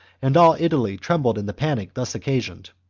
and all italy trembled in the panic thus occasioned.